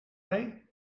ray